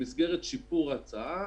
במסגרת שיפור ההצעה,